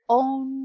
own